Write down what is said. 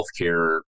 Healthcare